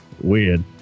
weird